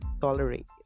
tolerate